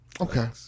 Okay